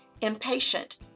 impatient